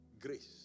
Grace